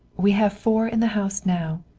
we have four in the house now.